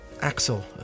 Axel